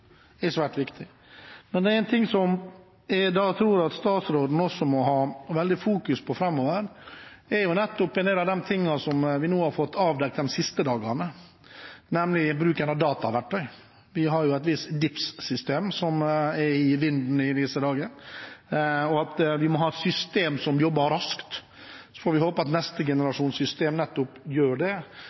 er svært viktig. Noe jeg tror statsråden må fokusere veldig på framover, er nettopp det vi nå har fått avdekket de siste dagene, nemlig bruken av dataverktøy – vi har et visst DIPS-system som er i vinden i disse dager. Vi må ha et system som jobber raskt, så vi får håpe at neste generasjon system gjør nettopp det.